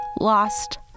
lost